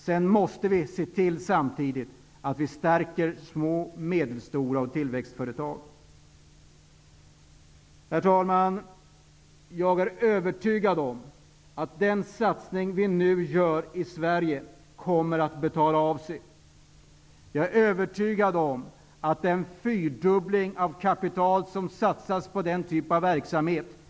Sedan måste vi samtidigt se till att vi stärker små och medelstora företag samt tillväxtföretag. Herr talman! Jag är övertygad om att den satsning som vi nu gör i Sverige kommer att betala sig. Jag är övertygad om att fyrdubblingen av det kapital som satsas på den typen av verksamhet är riktig.